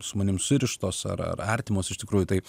su manimi surištos ar ar artimos iš tikrųjų taip